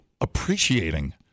appreciating